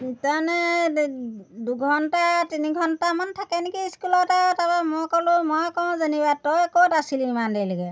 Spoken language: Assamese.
তাৰমানে দুঘণ্টা তিনি ঘণ্টামান থাকে নেকি স্কুলত আৰু তাৰপৰা মই ক'লো মই কওঁ যেনিবা তই ক'ত আছিলি ইমান দেৰিলৈকে